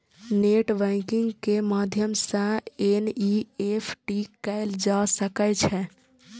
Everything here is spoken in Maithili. नेट बैंकिंग के माध्यम सं एन.ई.एफ.टी कैल जा सकै छै